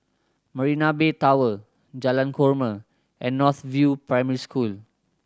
Marina Bay Tower Jalan Korma and North View Primary School